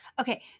Okay